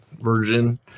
version